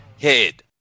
head